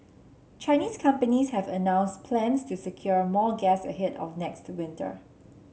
Chinese companies have announced plans to secure more gas ahead of next winter